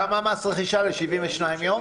כמה מס רכישה, ל-72 יום?